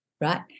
right